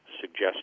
suggest